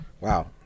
Wow